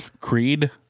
Creed